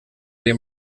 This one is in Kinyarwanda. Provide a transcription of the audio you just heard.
ari